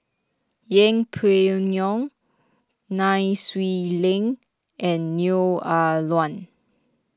Yeng Pway Ngon Nai Swee Leng and Neo Ah Luan